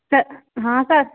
sir हाँ sir